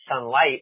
sunlight